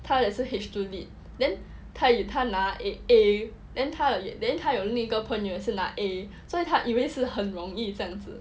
他也是 H two lit then 他他拿 A then 他有另一个朋友也是拿 A 所以她以为是很容易这样子